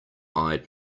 eyed